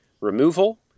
removal